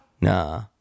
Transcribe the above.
Nah